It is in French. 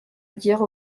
dire